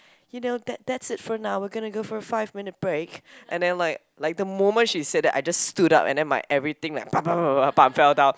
you know that's that's it for now we're gonna go for five minutes break and then like like the moment she said that I just stood up and my everything like fell down